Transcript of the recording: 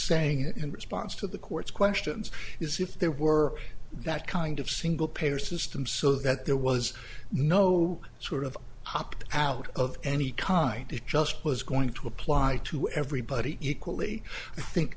saying it in response to the court's questions is if there were that kind of single payer system so that there was no sort of opt out of any kind it just was going to apply to everybody equally i think